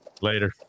later